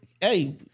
Hey